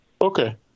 Okay